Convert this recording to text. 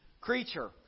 creature